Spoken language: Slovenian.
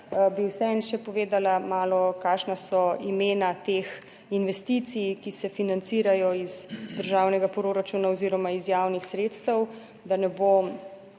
bi vseeno še povedala malo kakšna so imena teh investicij, ki se financirajo iz državnega proračuna oziroma iz javnih sredstev, da ne bo